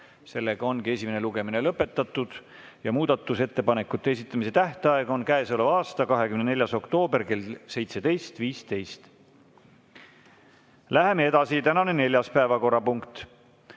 lõpetada. Esimene lugemine ongi lõpetatud ja muudatusettepanekute esitamise tähtaeg on käesoleva aasta 24. oktoober kell 17.15. Läheme edasi. Tänane neljas päevakorrapunkt,